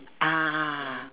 ah